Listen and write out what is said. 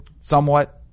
somewhat